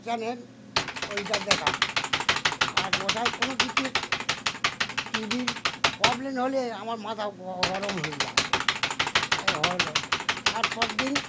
channel ওইটা দেখার আর ওটার কোনো কিছু টিভির প্রবলেম হলে আমার মাথা গ গরম হয়ে যায় হল তারপর দিন